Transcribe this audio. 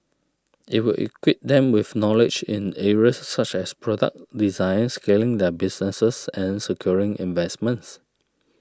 it will equip them with knowledge in areas such as product design scaling their businesses and securing investments